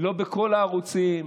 לא בכל הערוצים.